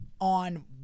on